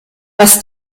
was